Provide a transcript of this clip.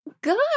Good